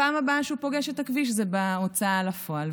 הפעם הבאה שהוא פוגש את הכביש זה בהוצאה לפועל.